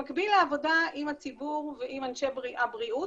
במקביל לעבודה עם הציבור ועם אנשי הבריאות